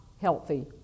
healthy